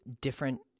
different